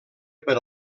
per